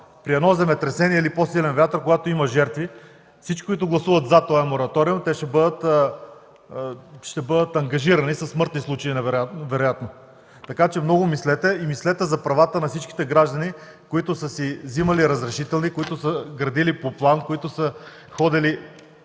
при едно земетресение или по-силен вятър, когато има жертви, всички, които гласуват „за” този мораториум, те ще бъдат ангажирани със смъртни случаи, най-вероятно. Така че мислете много и мислете за правата на всички граждани, които са си взимали разрешителни, които са градили по план, които са ходили